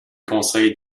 conseille